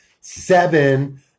seven